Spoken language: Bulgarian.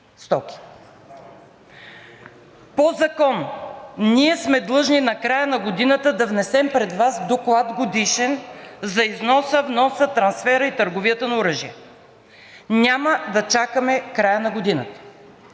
По закон ние сме длъжни накрая на годината да внесем пред Вас Годишен доклад за износа, вноса, трансфера и търговията на оръжие. Няма да чакаме края на годината.